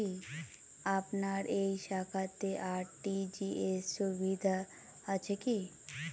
আপনার এই শাখাতে আর.টি.জি.এস সুবিধা আছে কি?